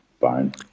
fine